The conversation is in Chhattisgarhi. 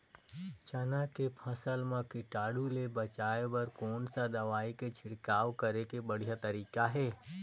चाना के फसल मा कीटाणु ले बचाय बर कोन सा दवाई के छिड़काव करे के बढ़िया तरीका हे?